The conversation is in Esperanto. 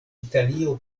italio